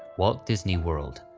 walt disney world.